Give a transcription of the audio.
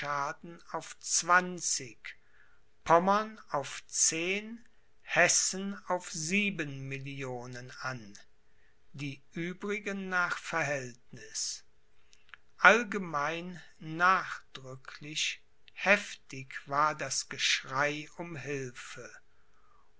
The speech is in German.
auf zwanzig pommern auf zehn hessen auf sieben millionen an die uebrigen nach verhältniß allgemein nachdrücklich heftig war das geschrei um hilfe